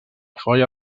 foia